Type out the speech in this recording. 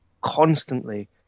constantly